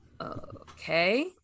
Okay